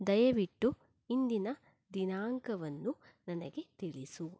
ದಯವಿಟ್ಟು ಇಂದಿನ ದಿನಾಂಕವನ್ನು ನನಗೆ ತಿಳಿಸು